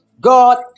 God